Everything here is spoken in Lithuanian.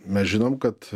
mes žinom kad